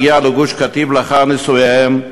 שהגיעה לגוש-קטיף לאחר נישואיהם,